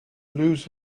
lose